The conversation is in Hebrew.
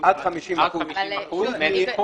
עד 50%. מאיזה סכום?